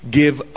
give